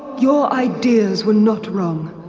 your ideas were not wrong.